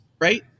right